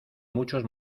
muchos